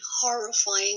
horrifying